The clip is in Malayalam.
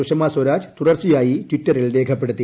സുഷമാ സ്വരാജ് തുടർച്ചയായി ട്വിറ്ററിൽ രേഖപ്പെടുത്തി